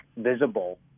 visible